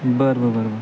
बरं बरं बरं बरं